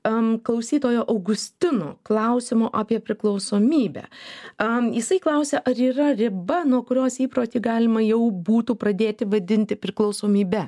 klausytojo augustino klausimo apie priklausomybę jisai klausia ar yra riba nuo kurios įprotį galima jau būtų pradėti vadinti priklausomybe